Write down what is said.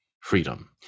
freedom